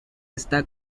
está